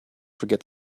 forget